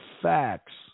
facts